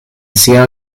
sia